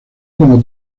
como